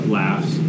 laughs